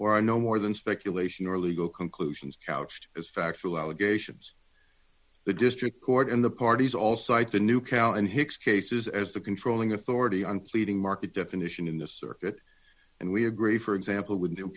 are no more than speculation or legal conclusions couched as factual allegations the district court and the parties all cite the new cow and hicks cases as the controlling authority on pleading market definition in the circuit and we agree for example w